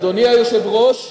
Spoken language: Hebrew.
אדוני היושב-ראש,